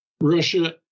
Russia